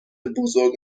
بزرگ